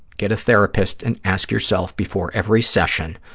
get a therapist and ask yourself before every session,